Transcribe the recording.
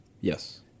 Yes